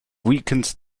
weakened